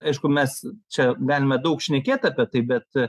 aišku mes čia galime daug šnekėt apie tai bet